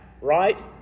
right